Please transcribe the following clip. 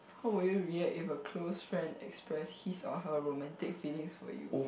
how would you react if a close friend expressed his or her romantic feelings for you